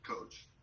coach